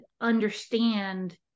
understand